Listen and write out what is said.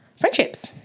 friendships